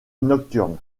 nocturne